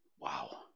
Wow